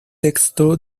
texto